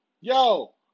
Yo